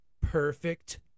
Perfect